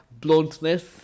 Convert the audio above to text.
bluntness